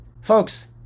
Folks